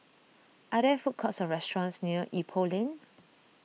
are there food courts or restaurants near Ipoh Lane